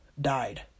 died